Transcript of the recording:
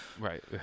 Right